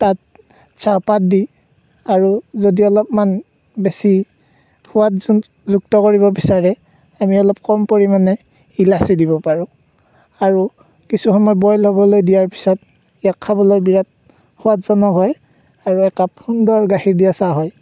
তাত চাহপাত দি আৰু যদি অলপমান বেছি সোৱাদযুক্ত কৰিব বিচাৰে তেনে অলপ কম পৰিমাণে ইলাচি দিব পাৰোঁ আৰু কিছু সময় বইল হ'বলৈ দিয়াৰ পিছত ইয়াক খাবলৈ বিৰাট সোৱাদজনক হয় আৰু একাপ সুন্দৰ গাখীৰ দিয়া চাহ হয়